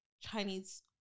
Chinese